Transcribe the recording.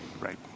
Right